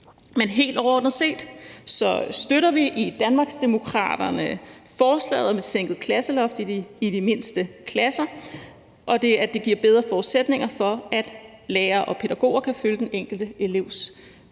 Helt overordnet set støtter vi i Danmarksdemokraterne forslaget om et sænket klasseloft i de mindste klasser, fordi det giver bedre forudsætninger for, at lærere og pædagoger kan følge den enkelte elevs faglige,